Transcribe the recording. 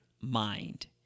mind